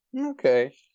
Okay